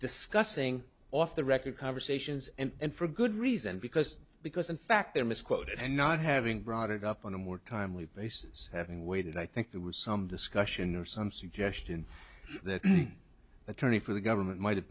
discussing off the record conversations and for good reason because because in fact there misquoted and not having brought it up on a more timely basis having waited i think there was some discussion or some suggestion that the attorney for the government might have